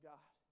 God